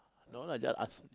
no lah just ask